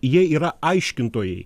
jie yra aiškintojai